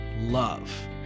love